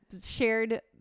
shared